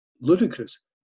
ludicrous